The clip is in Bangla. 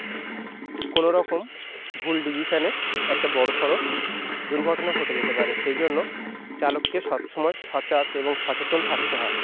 কোনোরকম ভুল ডিসিশানে একটা বড়সড় দুর্ঘটনা ঘটে যেতে পারে সেই জন্য চালককে সব সময় সজাগ এবং সচেতন থাকতে হয়